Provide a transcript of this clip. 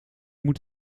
moet